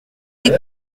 des